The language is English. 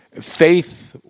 Faith